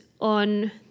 on